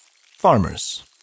farmers